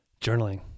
journaling